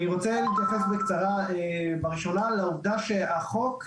אני רוצה להתייחס לעובדה שהחוק,